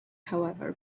however